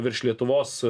virš lietuvos